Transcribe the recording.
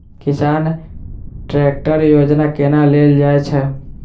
किसान ट्रैकटर योजना केना लेल जाय छै?